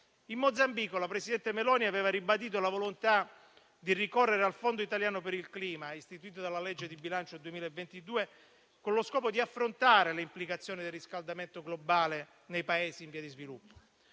In Mozambico, la presidente Meloni aveva ribadito la volontà di ricorrere al Fondo italiano per il clima, istituito dalla legge di bilancio 2022, con lo scopo di affrontare le implicazioni del riscaldamento globale nei Paesi in via di sviluppo.